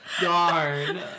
darn